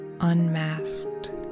unmasked